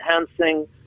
enhancing